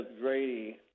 Grady